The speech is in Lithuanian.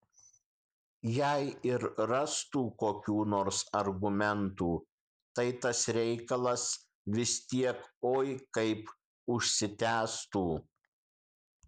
jei ir rastų kokių nors argumentų tai tas reikalas vis tiek oi kaip užsitęstų